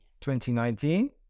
2019